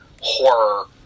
horror